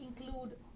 include